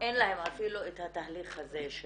אין להן אפילו את התהליך הזה,